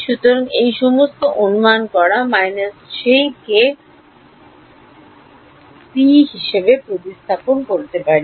সুতরাং এই সমস্ত অনুমান আমরা −jkρ ভিতরে প্রতিস্থাপন করতে পারি